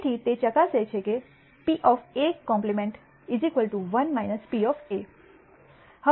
તેથી તે ચકાસે છે કે Pc 1 P